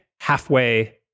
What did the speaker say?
halfway